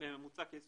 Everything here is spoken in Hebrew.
300